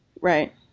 Right